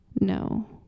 No